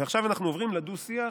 ועכשיו אנחנו עוברים לדו-שיח